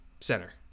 center